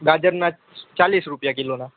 ગાજરના ચાલીસ રૂપિયા કિલોના